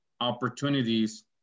opportunities